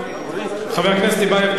חבר הכנסת טיבייב,